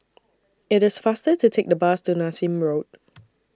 IT IS faster to Take The Bus to Nassim Road